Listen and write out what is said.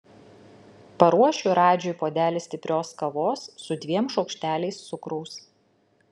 paruošiu radžiui puodelį stiprios kavos su dviem šaukšteliais cukraus